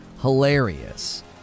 hilarious